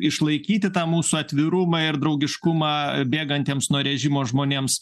išlaikyti tą mūsų atvirumą ir draugiškumą bėgantiems nuo režimo žmonėms